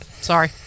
Sorry